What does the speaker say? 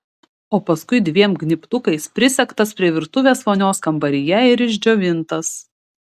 o paskui dviem gnybtukais prisegtas prie virtuvės vonios kambaryje ir išdžiovintas